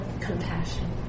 compassion